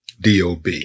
DOB